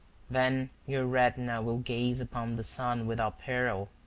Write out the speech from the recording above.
then your retina will gaze upon the sun without peril,